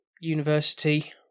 university